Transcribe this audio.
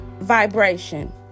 vibration